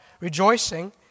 rejoicing